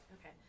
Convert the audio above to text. Okay